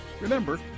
Remember